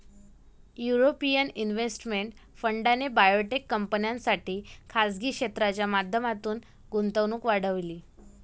European investment फंडाने biotech कंपन्यांसाठी खासगी क्षेत्राच्या माध्यमातून गुंतवणूक वाढवली